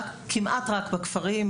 כמעט רק בכפרים,